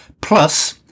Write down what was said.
Plus